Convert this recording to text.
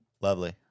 Lovely